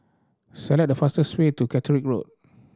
select the fastest way to Catterick Road